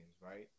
right